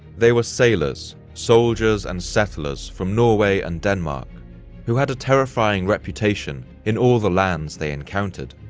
they were sailors, soldiers, and settlers from norway and denmark who had a terrifying reputation in all the lands they encountered.